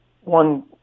one